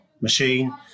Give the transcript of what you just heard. machine